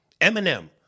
Eminem